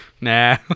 nah